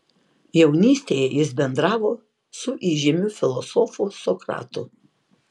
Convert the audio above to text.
jaunystėje jis bendravo su įžymiu filosofu sokratu